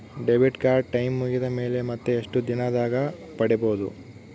Debit card time ಮುಗಿದ ಮೇಲೆ ಮತ್ತೆ ಎಷ್ಟು ದಿನದಾಗ ಪಡೇಬೋದು?